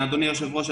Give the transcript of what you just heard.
אדוני היושב-ראש,